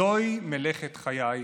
זוהי מלאכת חיי,